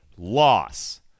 Loss